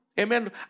Amen